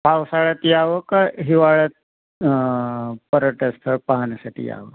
पावसाळ्यात यावं का हिवाळ्यात पर्यटनस्थळ पाहण्यासाठी यावं